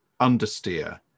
understeer